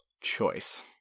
choice